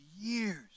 years